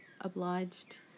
obliged